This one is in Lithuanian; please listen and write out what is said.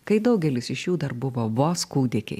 kai daugelis iš jų dar buvo vos kūdikiai